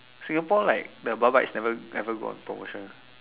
Singapore like the bar bites never never go on promotion